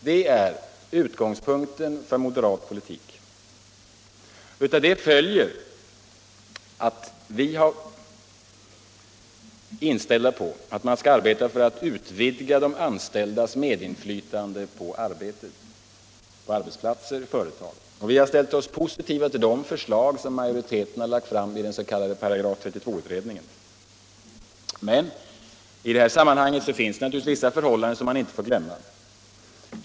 Det är utgångspunkten för moderat politik. Av det följer att vi är inställda på att man skall arbeta för att utvidga de anställdas medinflytande på arbetet, i företag och på andra arbetsplatser. Vi har ställt oss positiva till det förslag som lagts fram av majoriteten i den s.k. § 32-utredningen. Men i dessa sammanhang finns det naturligtvis vissa förhållanden som man inte får glömma.